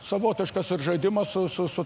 savotiškas žaidimas su su